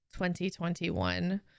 2021